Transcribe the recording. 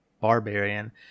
Barbarian